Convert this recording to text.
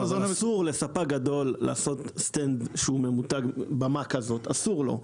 אסור לספק גדול להקים סטנד ממותג, אסור לו.